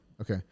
okay